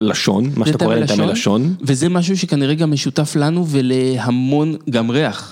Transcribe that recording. לשון, מה שאתה קורא לתאמה לשון, וזה משהו שכנראה גם משותף לנו ולהמון גם ריח.